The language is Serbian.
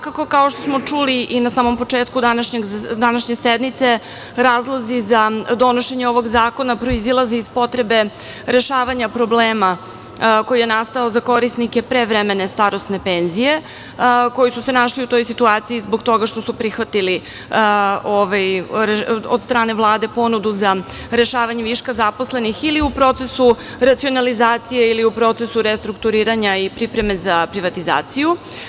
Kao što smo čuli i na samom početku današnje sednice, razlozi za donošenje ovog zakona proizilaze iz potrebe rešavanja problema koji je nastao za korisnike prevremene starosne penzije, koji su se našli u toj situaciji zbog toga što su prihvatili od strane Vlade ponudu za rešavanje viška zaposlenih ili u procesu racionalizacije ili u procesu restrukturiranja i pripreme za privatizaciju.